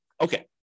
Okay